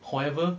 however